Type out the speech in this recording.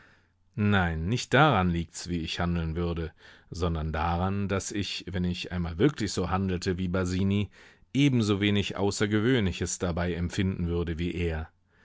nein nicht daran liegt's wie ich handeln würde sondern daran daß ich wenn ich einmal wirklich so handelte wie basini ebensowenig außergewöhnliches dabei empfinden würde wie er